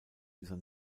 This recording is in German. dieser